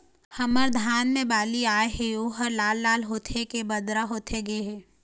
हमर धान मे बाली आए हे ओहर लाल लाल होथे के बदरा होथे गे हे?